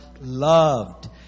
loved